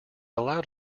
loud